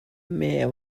meh